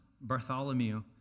Bartholomew